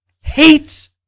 hates